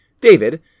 David